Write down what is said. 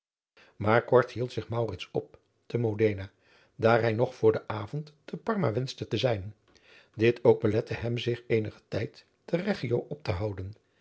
maar kort hield zich maurits op te modena daar hij nog voor den avond te parma wenschte te zijn dit ook belette hem zich eenigen tijd te reggio op te houden